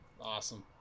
awesome